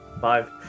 Five